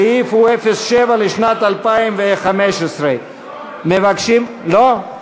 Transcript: סעיף 07 לשנת 2015. לא.